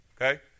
Okay